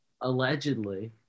Allegedly